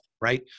right